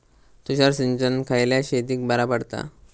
तुषार सिंचन खयल्या शेतीक बरा पडता?